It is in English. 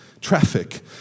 traffic